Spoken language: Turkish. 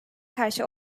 karşı